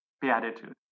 beatitude